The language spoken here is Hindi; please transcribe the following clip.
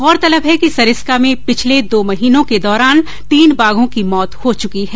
गौरतलब है कि सरिस्का में पिछले दो महीनों के दौरान तीन बाघो की मौत हो चुकी है